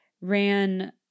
ran